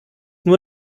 nur